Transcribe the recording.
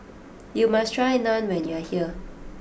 you must try Naan when you are here